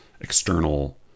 external